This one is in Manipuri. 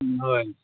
ꯎꯝ ꯍꯣꯏ